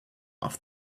off